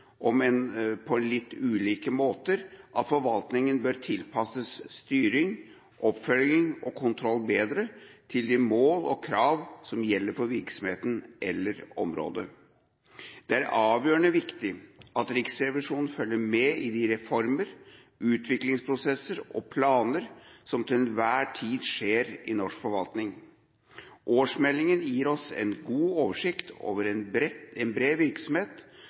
– om enn på litt ulike måter – at forvaltningen bør tilpasses styring, oppfølging og kontroll bedre til de mål og krav som gjelder for virksomhetene eller området. Det er avgjørende viktig at Riksrevisjonen følger med i de reformer, utviklingsprosesser og planer som til enhver tid skjer i norsk forvaltning. Årsmeldingen gir oss en god oversikt over en bred virksomhet